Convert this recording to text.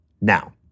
Now